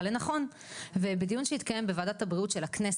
לנכון.." ובדיון שהתקיים בוועדת הבריאות של הכנסת,